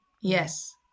Yes